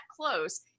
close